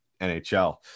NHL